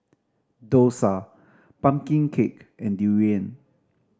dosa pumpkin cake and durian